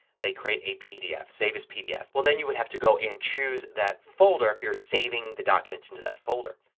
they create a pdf, save as pdf. then you would have to go and choose that folder if you're saving the documents into that folder.